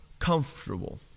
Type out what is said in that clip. comfortable